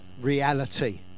reality